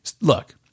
Look